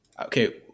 Okay